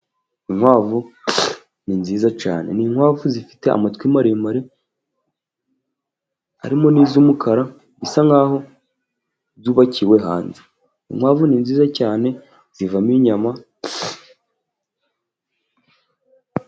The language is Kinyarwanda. Inkwavu ni nziza cyane, ni inkwavu zifite amatwi maremare harimo niz'umukara bisa nk'aho zubakiwe hanze, inkwavu ni nziza cyane zivamo inyama.